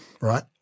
right